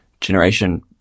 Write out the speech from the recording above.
generation